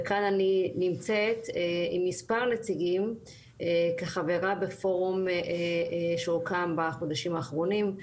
וכאן אני נמצאת עם מספר נציגים כחברה בפורום שהוקם בחודשים האחרונים,